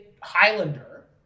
Highlander